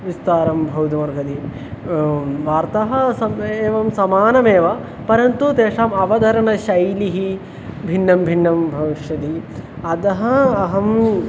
विस्तारं भवितुमर्हति वार्ताः सम्यक् एवं समानमेव परन्तु तेषाम् अवधारणशैलिः भिन्ना भिन्ना भविष्यति अतः अहम्